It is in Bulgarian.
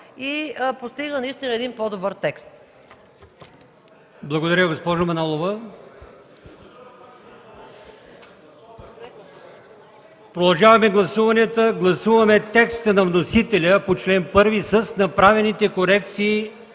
и постига наистина един по-добър текст.